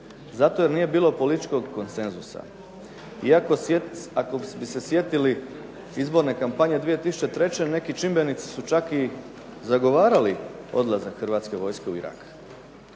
Zato jer nije bilo političkog konsenzusa. I ako bi se sjetili izborne kampanje 2003. neki čimbenici su čak i zagovarali odlazak Hrvatske vojske u Irak.